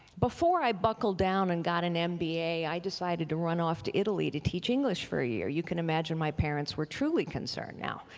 before i buckled down and got an mba i decided to run off to italy to teach english for a year. you can imagine my parents were truly concerned now.